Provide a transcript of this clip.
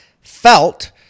felt